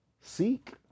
seek